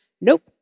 nope